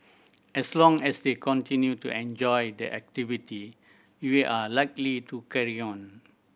as long as they continue to enjoy the activity we are likely to carry on